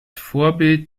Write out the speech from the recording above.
vorbild